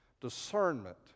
Discernment